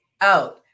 out